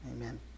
amen